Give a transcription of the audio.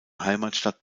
heimatstadt